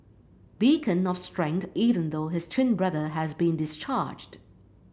beacon of strength even though his twin brother has been discharged